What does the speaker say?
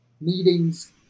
meetings